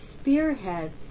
spearheads